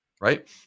right